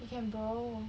you borrow